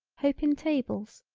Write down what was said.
hope in tables,